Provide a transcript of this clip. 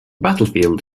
battlefield